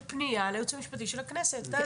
זו פניה ליועץ המשפטי של הכנסת.